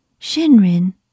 Shinrin